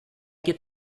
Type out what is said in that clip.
get